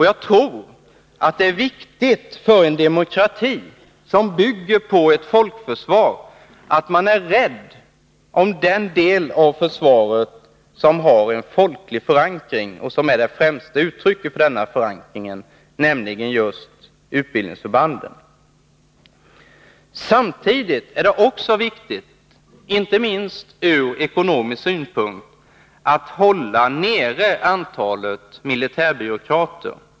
Jag tror att det är viktigt för en demokrati som bygger på ett folkförsvar att man är rädd om den del av försvaret som har en folklig förankring och som är det främsta uttrycket för denna förankring, nämligen just utbildningsförbanden. Samtidigt är det också viktigt, inte minst ur ekonomisk synpunkt, att man håller nere antalet militärbyråkrater.